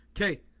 okay